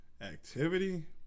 Activity